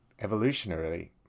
evolutionarily